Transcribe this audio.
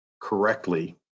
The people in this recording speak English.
correctly